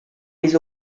les